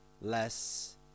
less